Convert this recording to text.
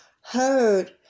heard